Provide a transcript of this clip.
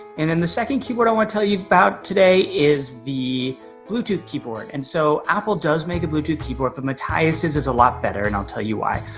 and then the second keyboard i want to tell you about today is the bluetooth keyboard. and so apple does make a bluetooth keyboard, but metias's is a lot better and i'll tell you why.